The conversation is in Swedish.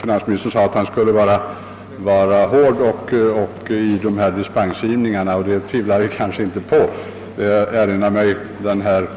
Finansministern sade att han skulle vara hård vid dispensgivningarna. Det tvivlar vi inte på. Jag erinrar mig den nyutnämnde